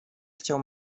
chciał